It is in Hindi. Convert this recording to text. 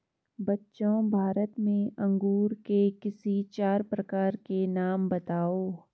बच्चों भारत में अंगूर के किसी चार प्रकार के नाम बताओ?